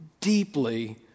deeply